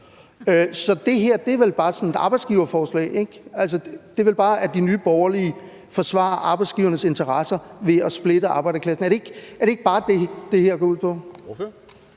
Så det her er vel bare sådan et arbejdsgiverforslag, ikke? Det er vel bare, at Nye Borgerlige forsvarer arbejdsgivernes interesser ved at splitte arbejderklassen – er det ikke bare det, det her går ud på?